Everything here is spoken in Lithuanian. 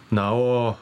na o